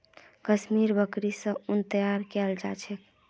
कश्मीरी बकरि स उन तैयार कियाल जा छेक